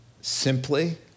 Simply